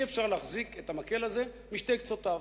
אי-אפשר להחזיק את המקל הזה משני קצותיו.